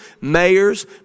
mayors